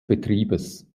betriebes